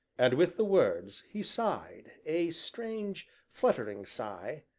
and, with the words, he sighed, a strange, fluttering sigh,